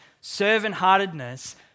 servant-heartedness